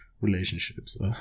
relationships